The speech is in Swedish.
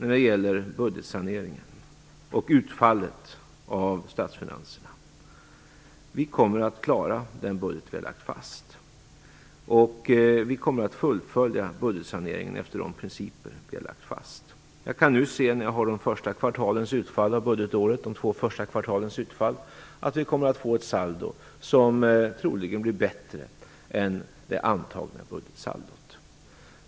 Vad gäller budgetsaneringen och statsfinansernas utfall vill jag säga att vi kommer att klara den budget som vi har lagt fast. Vi kommer att fullfölja budgetsaneringen efter de principer som vi har lagt fast. Jag kan nu när jag har tillgång till utfallet av budgetårets två första kvartal se att vi kommer att få ett saldo som troligen blir bättre än det antagna budgetsaldot.